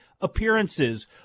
Appearances